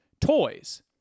toys